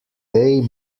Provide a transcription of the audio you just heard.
day